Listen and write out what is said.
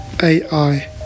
AI